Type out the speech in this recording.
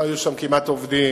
לא היו שם כמעט עובדים,